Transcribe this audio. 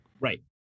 Right